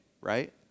right